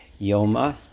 Yoma